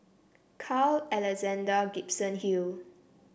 Carl Alexander Gibson Hill